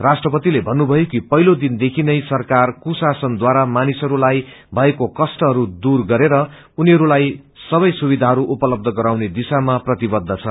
राष्ट्रपतिले भन्नुभयो कि पहिलो दिन देखनै सराकार कुशासन द्वारा मानिसहरूलाई भएको कष्टहरू दूर गरेर उनीहरूलाई सबै सुविधाहरू उपलब्ध गराउन प्रतिबद्ध छ